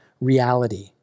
reality